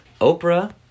Oprah